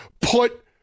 put